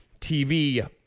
TV